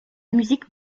musique